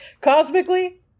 Cosmically